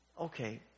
okay